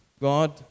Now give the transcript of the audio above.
God